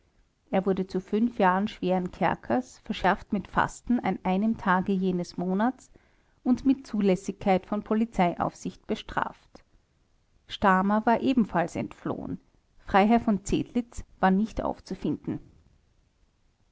er wurde zu fünf jahren schweren kerkers verschärft mit fasten an einem tage jeden monats und mit zulässigkeit von polizeiaufsicht bestraft stamer war ebenfalls entflohen freiherr v zedlitz war nicht aufzufinden